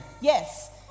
yes